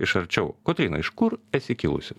iš arčiau kotryna iš kur esi kilusi